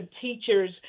teachers